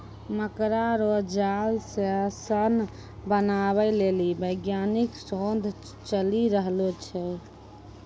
मकड़ा रो जाल से सन बनाबै लेली वैज्ञानिक शोध चली रहलो छै